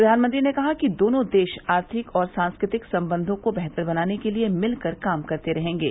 प्रधानमंत्री ने कहा कि दोनों देरा आर्थिक और सांस्कृतिक संबंधों को बेहतर बनाने के लिए मिलकर काम करते रहेंगे